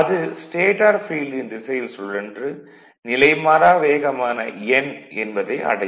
அது ஸ்டேடார் ஃபீல்டின் திசையில் சுழன்று நிலைமாறா வேகமான n என்பதை அடையும்